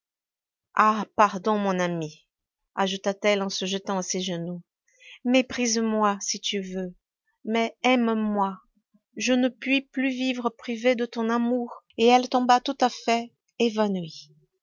ah pardon mon ami ajouta-t-elle en se jetant à ses genoux méprise moi si tu veux mais aime-moi je ne puis plus vivre privée de ton amour et elle tomba tout à fait évanouie